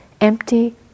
empty